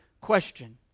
question